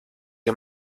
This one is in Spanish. que